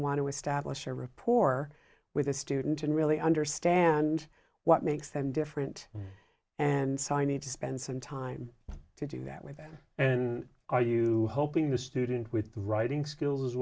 want to establish a reporter with a student and really understand what made and different and so i need to spend some time to do that with that and are you hoping the student with writing skills